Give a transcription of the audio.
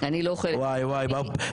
וואו וואו,